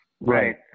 right